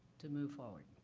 to move forward.